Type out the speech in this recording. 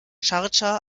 schardscha